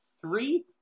three